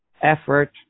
effort